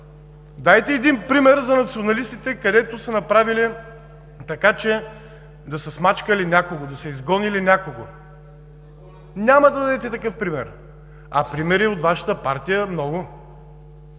Дайте един пример за националистите, където са направили така, че да са смачкали някого, да са изгонили някого. Няма да дадете такъв пример. А примери от Вашата партия много.